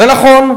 ונכון,